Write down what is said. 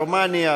רומניה,